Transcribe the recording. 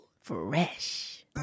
fresh